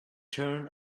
turn